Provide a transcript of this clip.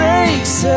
Breaks